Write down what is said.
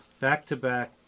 Back-to-back